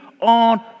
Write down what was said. on